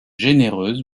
généreuse